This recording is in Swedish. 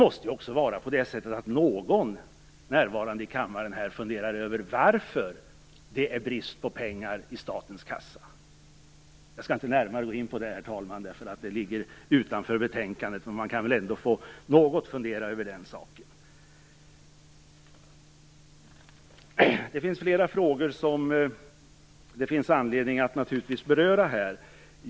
Någon närvarande här i kammaren måste också fundera över varför det är brist på pengar i statens kassa? Jag skall inte gå inte närmare på det, herr talman, därför att det ligger utanför betänkandet. Men något kan man väl ändå fundera över den saken. Det finns naturligtvis flera frågor som det finns anledning att beröra här.